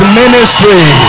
ministry